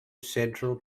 central